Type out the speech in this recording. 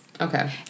Okay